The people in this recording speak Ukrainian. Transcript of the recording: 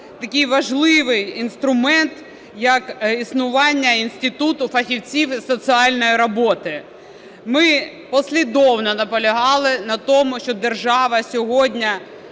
такий важливий інструмент як існування інституту фахівців із соціальної роботи. Ми послідовно наполягали на тому, що держава сьогодні